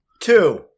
Two